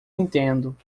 entendo